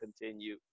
continue